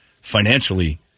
financially